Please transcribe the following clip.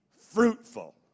fruitful